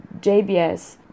JBS